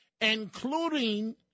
including